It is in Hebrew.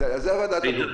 בזה הוועדה תדון.